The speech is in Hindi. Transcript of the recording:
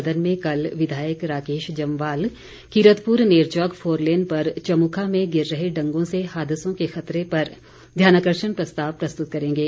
सदन में कल विधायक राकेश जम्वाल कीरतपुर नेरचौक फोरलेन पर चमुखा में गिर रहे डंगों से हादसों के खतरे पर ध्यानाकर्षण प्रस्ताव प्रस्तुत करेंगे